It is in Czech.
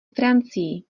francii